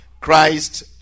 Christ